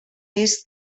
est